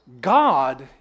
God